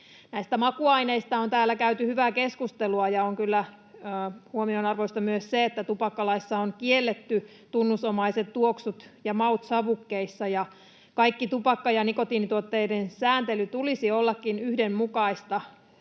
Näistä makuaineista on täällä käyty hyvää keskustelua, ja on kyllä huomionarvoista myös se, että tupakkalaissa on kielletty tunnusomaiset tuoksut ja maut savukkeissa. Kaiken tupakka- ja nikotiinituotteiden sääntelyn tulisi ollakin yhdenmukaista,